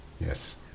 Yes